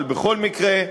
אבל בכל מקרה,